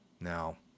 Now